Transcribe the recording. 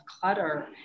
clutter